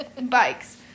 bikes